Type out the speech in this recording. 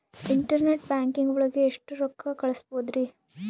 Internet banking ಒಳಗೆ ಎಷ್ಟ್ ರೊಕ್ಕ ಕಲ್ಸ್ಬೋದ್ ರಿ?